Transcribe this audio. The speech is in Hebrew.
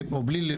או בלי,